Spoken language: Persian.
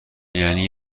یعنی